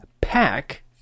pack